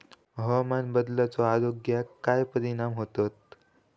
हवामान बदलाचो आरोग्याक काय परिणाम होतत?